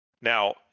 now